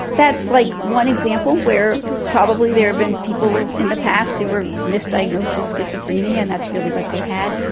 that's like one example where probably there have been people in the past who were misdiagnosed as schizophrenia and that's really what they had.